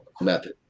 method